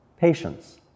patience